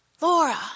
Laura